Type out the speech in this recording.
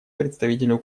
представителю